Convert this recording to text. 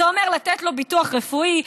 זה אומר לתת לו ביטוח רפואי,